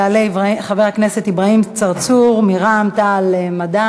יעלה חבר הכנסת אברהים צרצור מרע"ם-תע"ל-מד"ע.